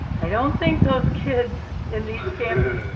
i don't think those kids in these camps